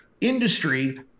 industry